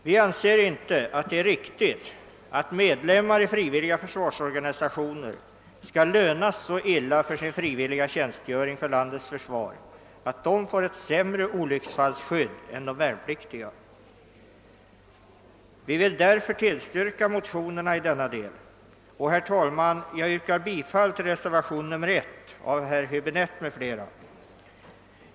Vi anser inte att det är riktigt att medlemmar i frivilliga försvarsorganisationer skall lönas så illa för sin frivilliga tjänstgöring för landets försvar, att de får ett sämre olycksfallsskydd än de värnpliktiga. Vi vill därför tillstyrka motionerna i denna del, och, herr talman, jag yrkar alltså bifall till reservationen 1 av herr Höbinette m.fl.